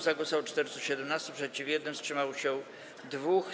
Za głosowało 417, przeciw - 1, wstrzymało się 2.